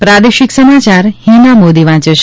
પ્રાદેશિક સમાચાર હિના મોદી વાંચે છે